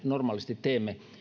normaalisti teemme